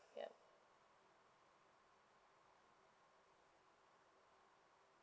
yup